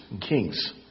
kings